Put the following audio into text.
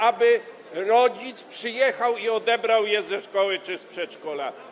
aby rodzic przyjechał i odebrał je ze szkoły czy z przedszkola.